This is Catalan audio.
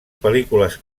pel·lícules